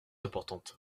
importante